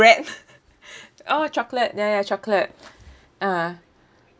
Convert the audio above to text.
bread oh chocolate ya ya chocolate ah